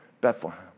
Bethlehem